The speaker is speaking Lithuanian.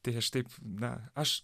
tai aš taip na aš